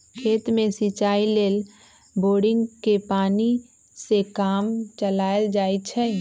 खेत में सिचाई लेल बोड़िंगके पानी से काम चलायल जाइ छइ